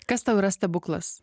kas tau yra stebuklas